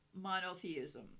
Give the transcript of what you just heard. monotheism